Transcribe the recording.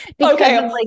Okay